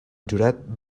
jurat